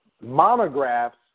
monographs